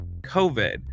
COVID